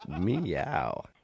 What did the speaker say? Meow